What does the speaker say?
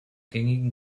gängigen